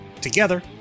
Together